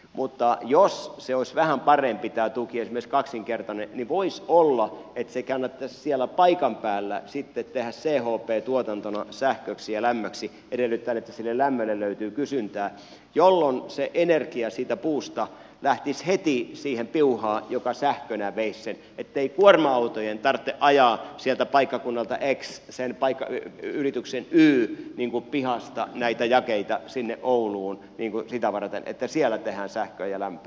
mutta jos olisi vähän parempi tämä tuki esimerkiksi kaksinkertainen niin voisi olla että se kannattaisi siellä paikan päällä sitten tehdä chp tuotantona sähköksi ja lämmöksi edellyttäen että sille lämmölle löytyy kysyntää jolloin se energia siitä puusta lähtisi heti siihen piuhaan joka sähkönä veisi sen ettei kuorma autojen tarvitse ajaa sieltä paikkakunnalta x sen yrityksen y pihasta näitä jakeita sinne ouluun sitä varten että siellä tehdään sähköä ja lämpöä